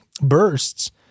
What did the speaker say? bursts